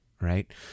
right